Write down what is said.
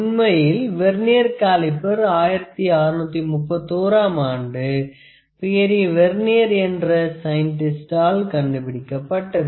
உண்மையில் vernier caliper 1631 ஆம் ஆண்டு Pierre Vernier என்ற சயின்டிஸ்ட்டால் கண்டுபிடிக்கப்பட்டது